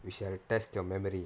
we shall test your memory